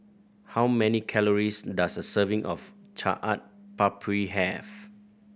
how many calories does a serving of Chaat Papri have